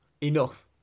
enough